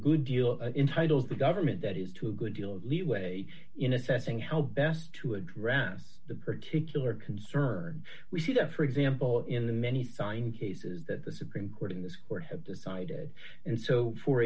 good deal in titles the government that is to a good deal of leeway in assessing how best to address the particular concern we see that for example in the many sign cases that the supreme court in this or have decided and so for